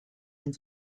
den